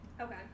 Okay